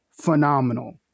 phenomenal